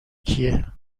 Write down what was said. کیه